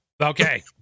Okay